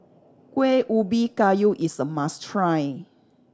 Kuih Ubi Kayu is a must try